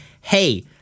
hey –